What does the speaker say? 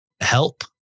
help